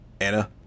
Anna